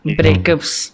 breakups